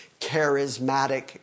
charismatic